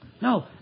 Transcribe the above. No